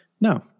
No